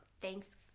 Thanks